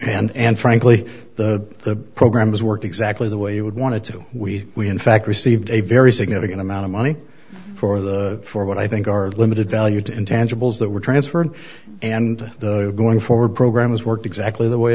time and frankly the programs worked exactly the way you would want to to we we infact received a very significant amount of money for the for what i think are limited value to intangibles that were transferred and going forward programs worked exactly the way